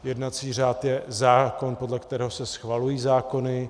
Jednací řád je zákon, podle kterého se schvalují zákony.